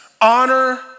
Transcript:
honor